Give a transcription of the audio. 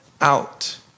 out